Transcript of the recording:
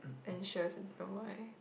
anxious don't why